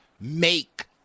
make